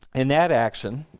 in that action,